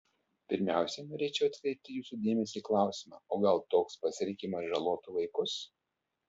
pirmiausiai norėčiau atkreipti jūsų dėmesį į klausimą o gal toks pasirinkimas žalotų vaikus